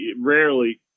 rarely